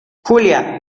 julia